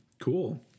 Cool